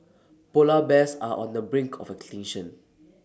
Polar Bears are on the brink of extinction